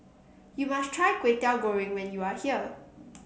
you must try Kway Teow Goreng when you are here